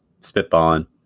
spitballing